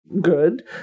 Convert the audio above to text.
good